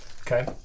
Okay